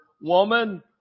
Woman